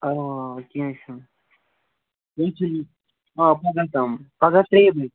آ کینہہ چھُنہٕ آ پگاہ تام پگاہ ترٛیٚیہِ بجہِ